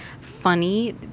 funny